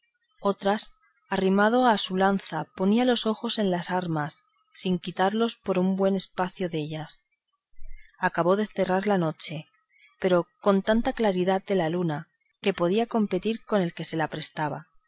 otras arrimado a su lanza ponía los ojos en las armas sin quitarlos por un buen espacio dellas acabó de cerrar la noche pero con tanta claridad de la luna que podía competir con el que se la prestaba